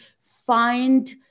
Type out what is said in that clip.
find